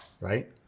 right